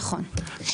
נכון.